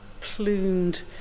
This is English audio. plumed